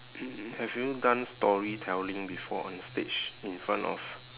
mm have you done storytelling before onstage in front of